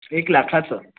एक लाखाचं